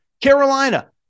Carolina